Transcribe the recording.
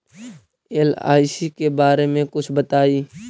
LIC के बारे मे कुछ बताई?